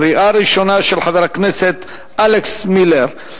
של חבר הכנסת אלכס מילר,